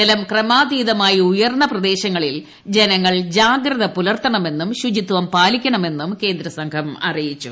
ജലം ക്രമാതീതമായി ഉയർന്ന പ്രദേശങ്ങളിൽ ജനങ്ങൾ ജാഗ്രത പുലർത്തണമെന്നും ശുചിത്വം പാലിക്കണമെന്നും കേന്ദ്രസംഘം അറിയിച്ചു